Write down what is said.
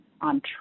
on